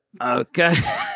Okay